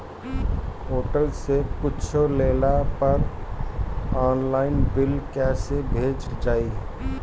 Hotel से कुच्छो लेला पर आनलाइन बिल कैसे भेजल जाइ?